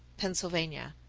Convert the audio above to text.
pennsylvania.